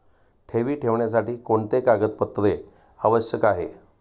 ठेवी ठेवण्यासाठी कोणते कागदपत्रे आवश्यक आहे?